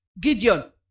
Gideon